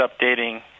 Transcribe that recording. updating